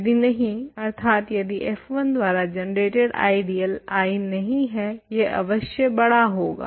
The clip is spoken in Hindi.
यदि नहीं अर्थात यदि f1 द्वारा जनरेटेड आइडियल I नहीं है यह अवश्य बड़ा होगा